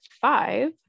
five